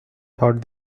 thought